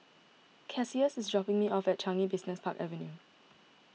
Cassius is dropping me off at Changi Business Park Avenue